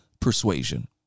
persuasion